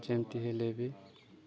ଯେମିତି ହେଲେ ବି